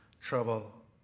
trouble